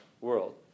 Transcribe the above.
world